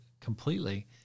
completely